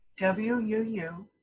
WUU